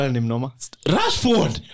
Rashford